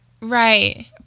right